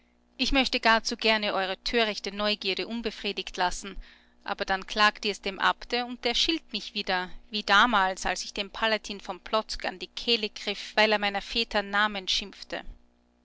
ich möchte gar zu gerne eure törichte neugierde unbefriedigt lassen aber dann klagt ihrs dem abte und der schilt mich wieder wie damals als ich dem palatin von plozk an die kehle griff weil er meiner väter namen schimpfte